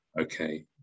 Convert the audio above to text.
Okay